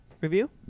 review